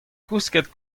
kousket